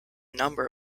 number